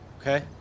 Okay